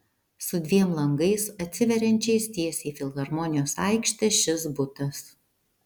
su dviem langais atsiveriančiais tiesiai į filharmonijos aikštę šis butas